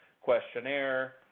questionnaire